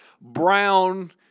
brown